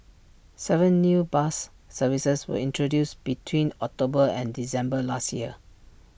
Seven new bus services were introduced between October and December last year